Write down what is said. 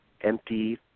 empty